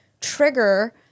trigger